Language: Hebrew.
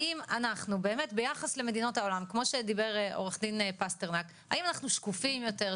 האם אנחנו ביחס למדינות העולם, שקופים יותר?